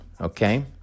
okay